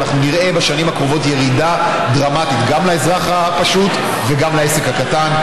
ובשנים הקרובות נראה ירידה דרמטית גם לאזרח הפשוט וגם לעסק הקטן.